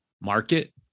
market